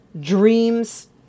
dreams